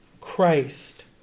Christ